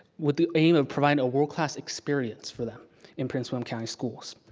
with the aid of providing a world-class experience for them in prince william county schools.